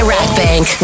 Rackbank